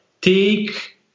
take